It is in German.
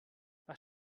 was